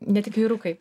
ne tik vyrukai